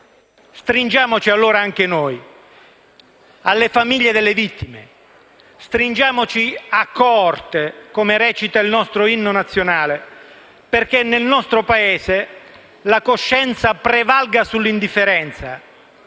Stringiamoci allora anche noi, alle famiglie delle vittime, «stringiamoci a coorte», come recita il nostro inno nazionale, perché nel nostro Paese la coscienza prevalga sull'indifferenza.